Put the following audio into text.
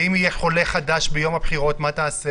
אם יהיה חולה חדש ביום הבחירות מה תעשה?